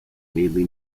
mainly